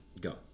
go